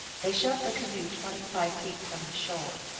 they shoved the canoe twenty-five feet from the shore.